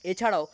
এছাড়াও